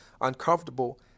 uncomfortable